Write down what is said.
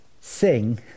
Sing